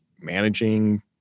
managing